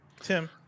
Tim